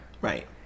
right